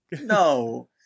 No